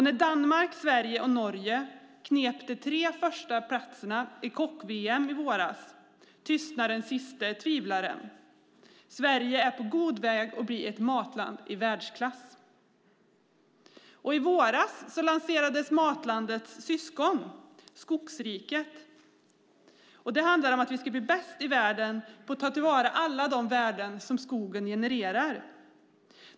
När Danmark, Sverige och Norge knep de tre första platserna i kock-VM i våras tystnade den siste tvivlaren. Sverige är på god väg att bli ett matland i världsklass. I våras lanserades matlandets syskon - Skogsriket. Det handlar om att vi ska bli bäst i världen på att ta till vara alla de värden som skogen genererar.